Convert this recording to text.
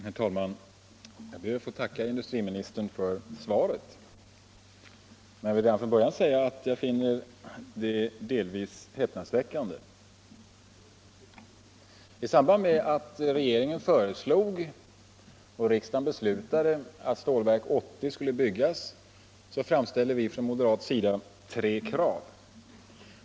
Herr talman! Jag ber att få tacka industriministern för svaret på min interpellation. Redan från början vill jag säga att jag finner svaret delvis häpnadsväckande. I samband med att regeringen föreslog och riksdagen sedan beslutade att Stålverk 80 skulle byggas framställde vi från moderata samlingspartiet tre krav.